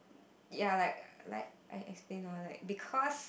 ya like like I explain or like because